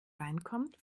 reinkommt